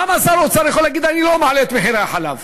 למה שר האוצר יכול להגיד: אני לא מעלה את מחירי החלב?